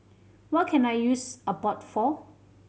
what can I use Abbott for